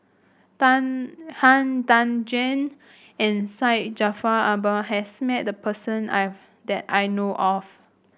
Tan Han Tan Juan and Syed Jaafar Albar has met the person I that I know of